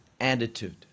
attitude